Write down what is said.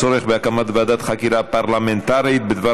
בנושא: הצורך בהקמת ועדת חקירה פרלמנטרית בדבר